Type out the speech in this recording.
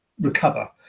recover